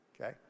okay